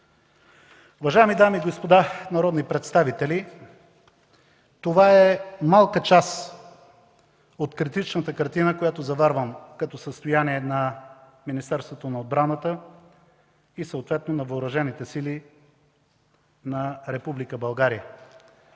Уважаеми дами и господа народни представители, това е малка част от критичната картина, която заварвам като състояние на Министерството на отбраната и съответно на Въоръжените сили на Република